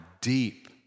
deep